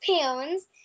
pounds